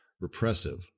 repressive